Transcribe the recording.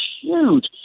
huge